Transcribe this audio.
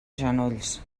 genolls